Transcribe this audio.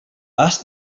ask